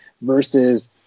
versus